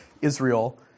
Israel